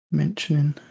mentioning